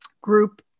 group